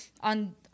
on